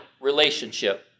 relationship